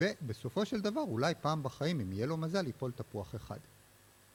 ובסופו של דבר אולי פעם בחיים אם יהיה לו מזל יפול תפוח אחד